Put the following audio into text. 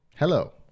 Hello